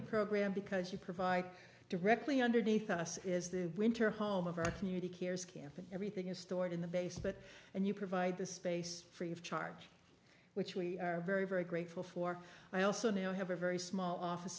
the program because you provide directly underneath us is the winter home of our community cares camp and everything is stored in the base but and you provide this space free of charge which we are very very grateful for i also now have a very small office